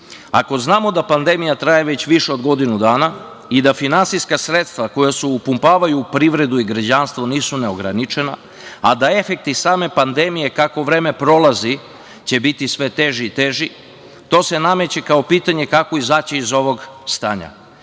znamo da pandemija traje već više od godinu dana i da finansijska sredstva koja se upumpavaju u privredu i građanstvo nisu neograničena, a da efekti same pandemije kako vreme prolazi će biti sve teži i teži, to se nameće kao pitanje kako izaći iz ovog stanja.